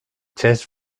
chest